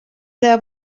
there